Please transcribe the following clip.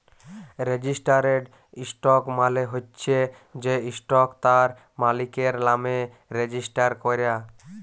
registered stock মালে হচ্যে যে ইসটকট তার মালিকের লামে রেজিস্টার ক্যরা